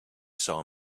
saw